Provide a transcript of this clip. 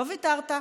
לא ויתרת.